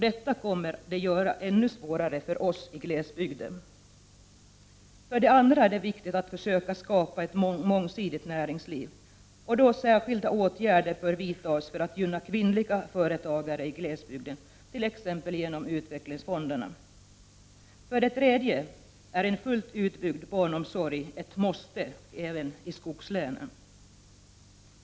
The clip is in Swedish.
Detta kommer att göra det ännu svårare för oss i glesbygden. För det andra är det viktigt att försöka skapa ett mångsidigt näringsliv. Särskilda åtgärder bör vidtas för att gynna kvinnliga företagare i glesbygden, t.ex. genom utvecklingsfonderna. För det tredje är en fullt utbyggd barnomsorg ett måste även i skogslänen.